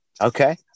Okay